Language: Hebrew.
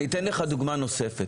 אני אתן לך דוגמה נוספת.